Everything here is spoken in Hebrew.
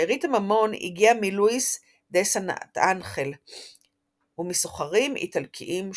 שארית הממון הגיעה מלואיס דה סנטאנחל ומסוחרים איטלקיים שונים.